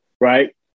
Right